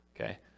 Okay